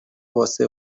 bose